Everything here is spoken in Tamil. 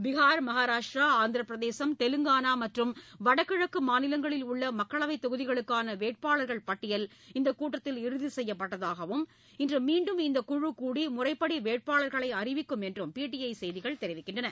பீகார் மகாராஷ்டிரா ஆந்திரபிரதேசம் தெலுங்கானா மற்றும் வடகிழக்கு மாநிலங்களில் உள்ள மக்களவைத் தொகுதிகளுக்கான வேட்பாளர்கள் பட்டியல் இந்தக் கூட்டத்தில் இறுதி செய்யப்பட்டதாகவும் இன்று மீன்டும் இந்த குழு கூடி முறைபடி வேட்பாளர்களை அறிவிக்கும் என்றும் பிடிஐ செய்திகள் தெரிவிக்கின்றன